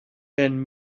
been